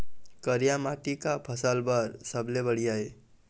करिया माटी का फसल बर सबले बढ़िया ये?